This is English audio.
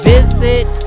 Visit